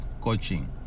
coaching